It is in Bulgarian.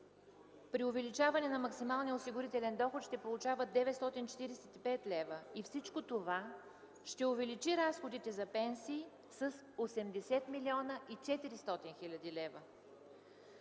при увеличаване на максималния осигурителен доход ще получават 945 лв. и всичко това ще увеличи разходите за пенсии с 80 млн. 400 хил. лв.